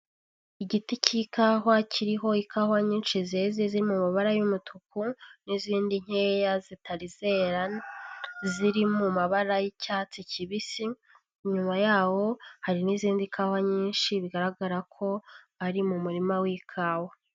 Igiti cy'ikawa, kiriho ikawa nyinshi zeze ziri mu mabara y'umutuku, n'izindi nkeya zitari zera ziri mu mabara y'icyatsi kibisi, inyuma yaho hari n'izindi kawa nyinshi bigaragara ko ari mu murima w'ikawa.